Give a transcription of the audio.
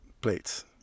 plates